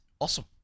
awesome